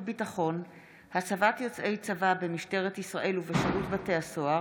ביטחון (הצבת יוצאי צבא במשטרת ישראל ובשירות בתי הסוהר)